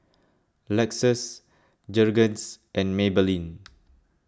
Lexus Jergens and Maybelline